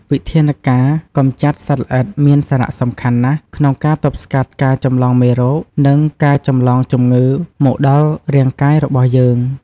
វិធានការកំចាត់សត្វល្អិតមានសារៈសំខាន់ណាស់ក្នុងការទប់ស្កាត់ការចម្លងមេរោគ និងការចម្លងជំងឺមកដល់រាងកាយរបស់យើង។